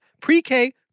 pre-K